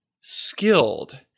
skilled